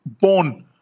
born